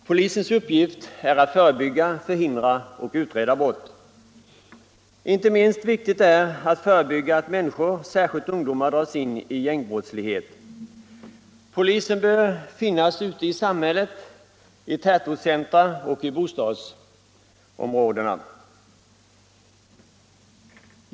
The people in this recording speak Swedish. Herr talman! Polisens uppgift är att förebygga, förhindra och utreda brott. Inte minst viktigt är att förebygga att människor, särskilt ungdomar, dras in i gängbrottslighet. Polisen bör finnas ute i samhället, i tätortscentra och i bostadsområdena.